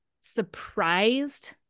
surprised